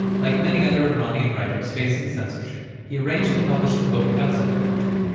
like many other iranian writers facing censorship, he arranged to publish the book outside the country,